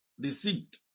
deceived